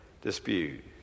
dispute